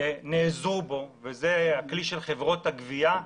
נעזרו בו חברות הגבייה,